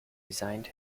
resigned